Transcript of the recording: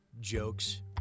jokes